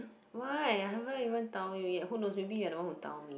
why I haven't even tell you yet who knows maybe you are the one who tell me